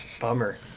Bummer